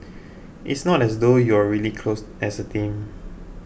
it's not as though you're really close as a team